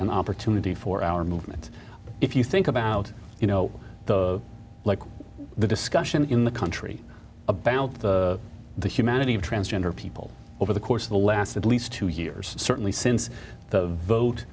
an opportunity for our movement if you think about you know like the discussion in the country about the the humanity of transgender people over the course of the last at least two years certainly since the vote